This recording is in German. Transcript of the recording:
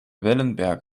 wellenberg